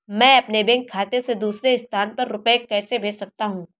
मैं अपने बैंक खाते से दूसरे स्थान पर रुपए कैसे भेज सकता हूँ?